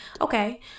okay